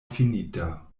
finita